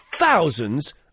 Thousands